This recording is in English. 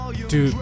Dude